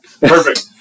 Perfect